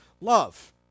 love